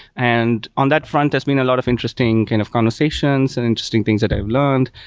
and on that front, there's been a lot of interesting kind of conversations and interesting things that i've learned.